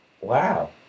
Wow